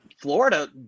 Florida